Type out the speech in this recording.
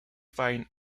fine